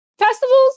festivals